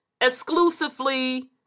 exclusively